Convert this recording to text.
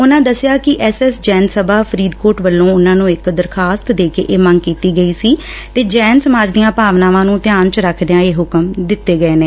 ਉਨੂਂ ਦਸਿਆ ਕਿ ਐਸ ਐਸ ਜੈਨ ਸਭਾ ਫਰੀਦਕੋਟ ਵੱਲੋਂ ਉਨੂਂ ਨੂੰ ਇਕ ਦਰਖ਼ਾਸਤ ਦੇ ਕੇ ਇਹ ਮੰਗ ਕੀਤੀ ਗਈ ੱਸੀ ਤੇ ਜੈਨ ਸਮਾਜ ਦੀਆਂ ਭਾਵਨਾਵਾਂ ਨੁੰ ਧਿਆਨ ਚ ਰੱਖਦਿਆਂ ਇਹ ਹੁਕਮ ਦਿੱਤੇ ਗਏ ਨੇ